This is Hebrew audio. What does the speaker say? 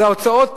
אז ההוצאות